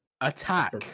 Attack